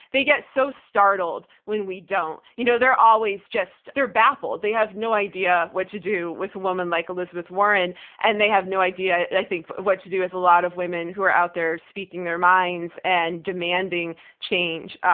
they get so startled when we don't. you know they're they're always just. they're baffled. they have no idea what to do with a woman like elizabeth warren and they have no idea, i think, what to do with a lot of women who are out there speaking their minds and demanding change.